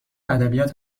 ادبیات